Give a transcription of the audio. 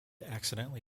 accidentally